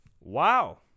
Wow